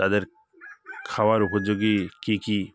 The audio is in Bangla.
তাদের খাওয়ার উপযোগী কী কী